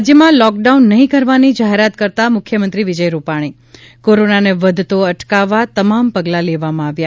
રાજ્યમાં લોકડાઉન નઠીં કરવાની જાહેરાત કરતા મુખ્યમંત્રી વિજય રૂપાણી કોરોનાને વધતો અટકાવવા તમામ પગલા લેવામાં આવ્યા